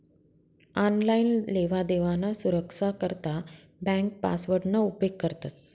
online लेवादेवाना सुरक्सा करता ब्यांक पासवर्डना उपेग करतंस